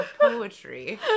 poetry